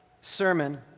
sermon